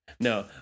No